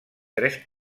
tres